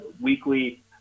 weekly